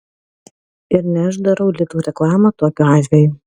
ir ne aš darau lidl reklamą tokiu atveju